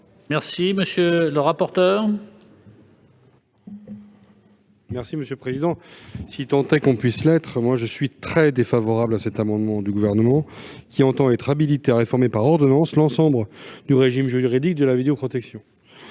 de cet amendement. Quel est l'avis de la commission ? Si tant est qu'on puisse l'être, je suis très défavorable à cet amendement du Gouvernement qui entend être habilité à réformer par ordonnance l'ensemble du régime juridique de la vidéoprotection.